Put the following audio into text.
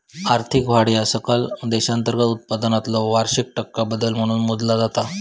आर्थिक वाढ ह्या सकल देशांतर्गत उत्पादनातलो वार्षिक टक्का बदल म्हणून मोजला जाता